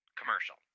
commercial